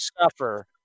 suffer